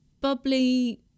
bubbly